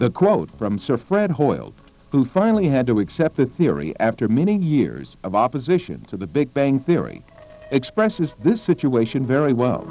the quote from sir fred hoyle who finally had to accept the theory after many years of opposition to the big bang theory expresses this situation very well